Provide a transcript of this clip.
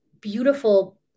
beautiful